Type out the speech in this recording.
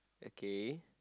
okay